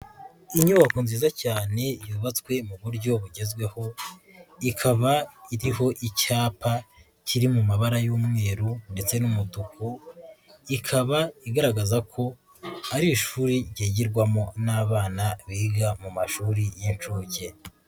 Inyubako nziza cyane yubatswe mu buryo bugezweho, ikaba iriho icyapa kiri mu mabara y'umweru ndetse n'umutuku, ikaba igaragaza ko ari ishuri ryigirwamo n'abana biga mu mashuri y'inshuke.